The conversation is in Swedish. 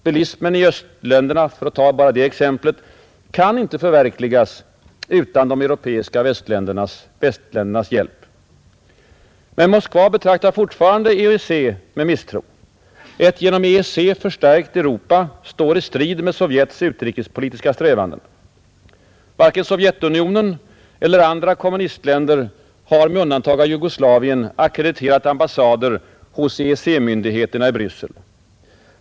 Bilismen i östländerna, för att ta bara det exemplet, kan inte förverkligas utan de europeiska västländernas hjälp. Men Moskva betraktar fortfarande EEC med misstro. Ett genom EEC förstärkt Europa står i strid med Sovjets utrikespolitiska strävanden. Varken Sovjetunionen eller andra kommunistländer har med undantag av Jugoslavien ackrediterat ambassader hos EEC-myndigheterna i Bryssel.